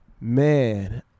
Man